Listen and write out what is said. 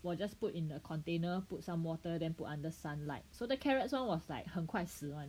我 just put in a container put some water then put under sunlight so the carrot one was like 很快死 [one]